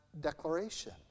declaration